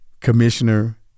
Commissioner